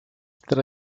tra